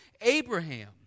Abraham